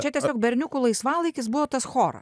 čia tiesiog berniukų laisvalaikis buvo tas chora